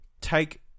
take